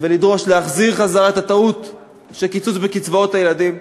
ולדרוש לחזור מהטעות של הקיצוץ בקצבאות הילדים.